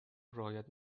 رعایت